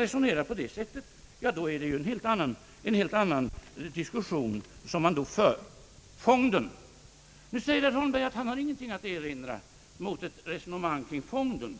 Beträffande fonden för näringslivet säger herr Holmberg nu att han inte har något att erinra mot ett resonemang kring den.